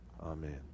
Amen